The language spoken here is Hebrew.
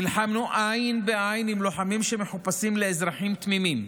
נלחמנו עין בעין עם לוחמים שמחופשים לאזרחים תמימים,